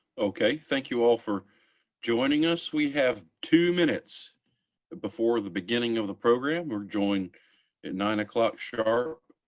okay, thank you all for joining us. we have two minutes before the beginning of the program or join at nine o'clock sharp.